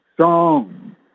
song